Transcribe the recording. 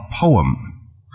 Poem